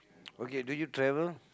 okay do you travel